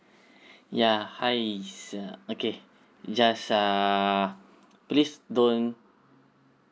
ya hi uh okay just err please don't